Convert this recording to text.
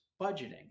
budgeting